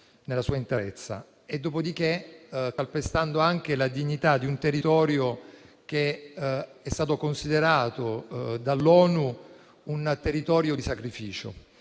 nella sua interezza, calpestando altresì la dignità di un territorio che è stato considerato dall'ONU un territorio di sacrificio.